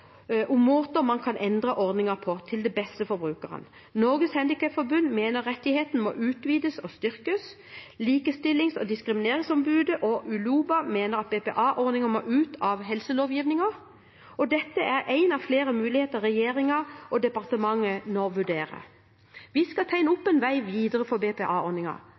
om måter man kan endre ordningen på, til det beste for brukerne. Norges Handikapforbund mener rettigheten må utvides og styrkes. Likestillings- og diskrimineringsombudet og ULOBA mener at BPA-ordningen må ut av helselovgivningen, og dette er en av flere muligheter regjeringen og departementet nå vurderer. Vi skal tegne opp en vei videre for